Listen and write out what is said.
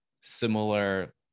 similar